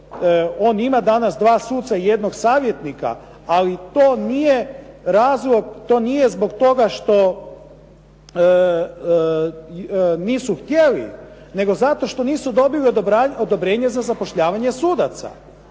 on ima danas dva suca i jednog savjetnika, ali to nije razlog, to nije zbog toga što nisu htjeli nego zato što nisu dobili odobrenje za zapošljavanje sudaca.